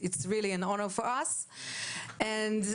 קודם כל,